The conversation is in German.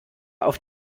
auf